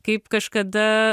kaip kažkada